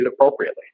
appropriately